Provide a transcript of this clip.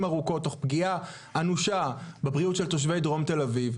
ארוכות תוך פגיעה אנושה בבריאות של תושבי דרום תל אביב,